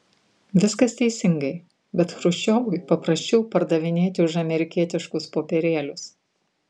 viskas teisingai bet chruščiovui paprasčiau pardavinėti už amerikietiškus popierėlius